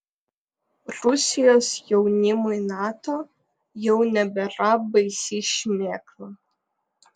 rusijos jaunimui nato jau nebėra baisi šmėkla